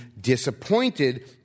disappointed